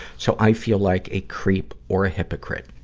so i feel like a creep or a hypocrite.